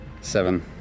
Seven